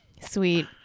Sweet